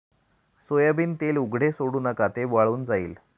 soybean तेल उघडे सोडू नका, ते वाळून जाईल